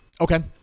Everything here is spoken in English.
Okay